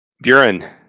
Buren